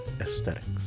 Aesthetics